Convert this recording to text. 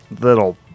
little